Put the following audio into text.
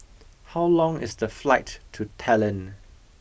how long is the flight to Tallinn